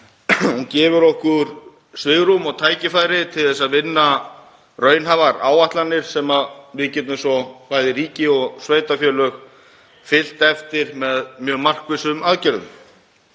Hún gefur okkur svigrúm og tækifæri til að vinna raunhæfar áætlanir sem við getum svo, bæði ríki og sveitarfélög, fylgt eftir með mjög markvissum aðgerðum.